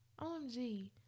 omg